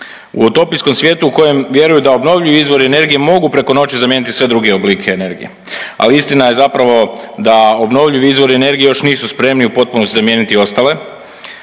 U utopijskom svijetu u kojem vjeruju da obnovljivi izvori energije mogu preko noći zamijeniti sve druge oblike energije, ali istina je zapravo da obnovljivi izvori energije još nisu spremni u potpunosti zamijeniti ostale